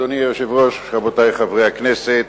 אדוני היושב-ראש, רבותי חברי הכנסת,